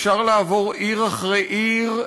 אפשר לעבור עיר אחרי עיר,